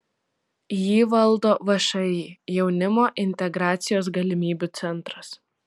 jį valdo všį jaunimo integracijos galimybių centras